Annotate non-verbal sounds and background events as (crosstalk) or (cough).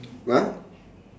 (noise)